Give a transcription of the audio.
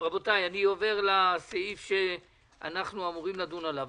רבותיי, אני עובר לסעיף שאנחנו אמורים לדון עליו.